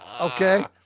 Okay